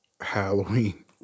Halloween